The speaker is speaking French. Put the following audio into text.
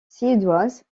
suédoise